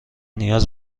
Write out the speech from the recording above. نیاز